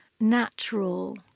natural